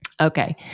Okay